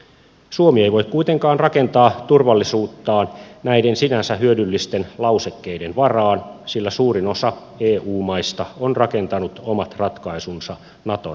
suomi ei voi kuitenkaan rakentaa turvallisuuttaan näiden sinänsä hyödyllisten lausekkeiden varaan sillä suurin osa eu maista on rakentanut omat ratkaisunsa naton kautta